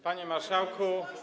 Panie Marszałku!